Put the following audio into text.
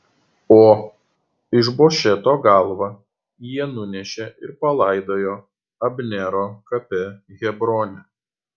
o išbošeto galvą jie nunešė ir palaidojo abnero kape hebrone